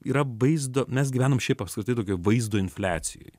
yra vaizdo mes gyvenam šiaip apskritai tokioj vaizdo infliacijoj